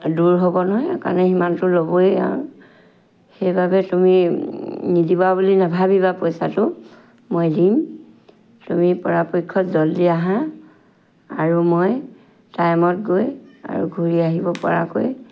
দূৰ হ'ব নহয় সেইকাৰণে সিমানটো ল'বই আৰু সেইবাবে তুমি নিদিবা বুলি নাভাবিবা পইচাটো মই দিম তুমি পৰাপক্ষত জল্ডি আহা আৰু মই টাইমত গৈ আৰু ঘূৰি আহিব পৰাকৈ